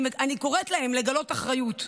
אני קוראת להן לגלות אחריות.